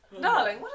Darling